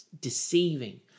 deceiving